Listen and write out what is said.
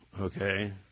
okay